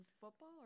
football